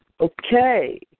Okay